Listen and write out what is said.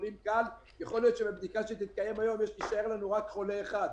ויכול להיות שבבדיקה שתתקיים היום יישאר לנו חולה אחד.